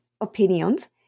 opinions